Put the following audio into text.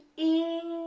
e,